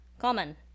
Common